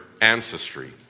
ancestry